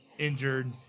injured